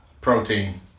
protein